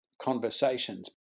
conversations